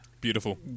Beautiful